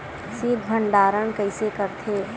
शीत भंडारण कइसे करथे?